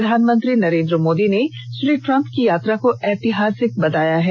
प्रधानमंत्री मोदी ने श्री ट्रम्प की यात्रा को ऐतिहासिक बताया है